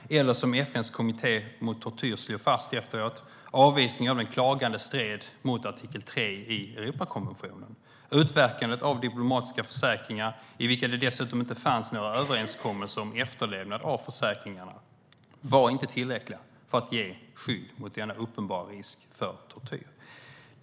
Men som FN:s kommitté mot tortyr slog fast efteråt: Avvisningen av den klagande stred mot artikel 3 i Europakonventionen. Utverkandet av diplomatiska försäkringar, i vilka det dessutom inte fanns några överenskommelser om efterlevnaden av försäkringarna, var inte tillräckligt för att ge skydd mot denna uppenbara risk för tortyr.